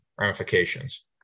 ramifications